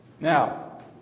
Now